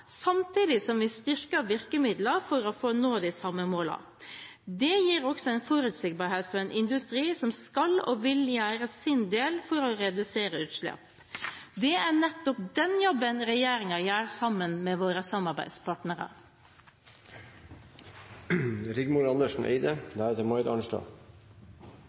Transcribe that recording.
samtidig som vi styrker virkemidlene for å nå de samme målene. Det gir også forutsigbarhet for en industri som skal og vil gjøre sin del for å redusere utslipp. Det er nettopp den jobben regjeringen gjør sammen med våre samarbeidspartnere.